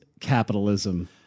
capitalism